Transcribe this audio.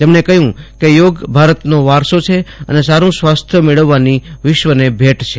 તેમજ્ઞે કહયું કે યોગ ભારતનો વારસો છે અને સારૂ સ્વાસ્થ્ય મેળવવાની વિશ્વને ભેટ છે